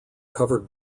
covered